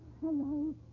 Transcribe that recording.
Hello